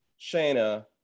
Shayna